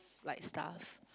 like stuff